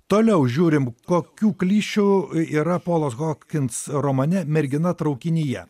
toliau žiūrim kokių klišių i yra polos hokins romane mergina traukinyje